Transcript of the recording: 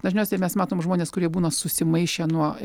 dažniausiai mes matom žmones kurie būna susimaišę nuo